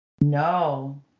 no